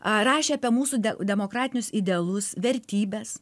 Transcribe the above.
a rašė apie mūsų de demokratinius idealus vertybes